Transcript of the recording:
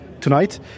tonight